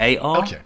AR